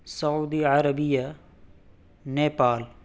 Saudi Arabia Nepal